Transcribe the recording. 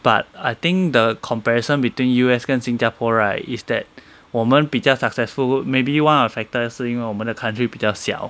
but I think the comparison between U_S 跟新加坡 right is that 我们比较 successful coul~ maybe one of the factors 是因为我们的 country 比较小